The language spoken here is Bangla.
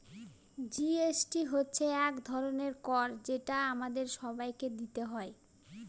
জি.এস.টি হচ্ছে এক ধরনের কর যেটা আমাদের সবাইকে দিতে হয়